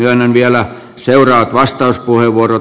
myönnän vielä seuraavat vastauspuheenvuorot